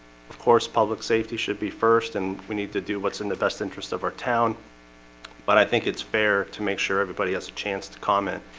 of course public safety should be first and we need to do what's in the best interest of our town but i think it's fair to make sure everybody has a chance to comment.